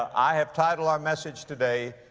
i have titled our message today,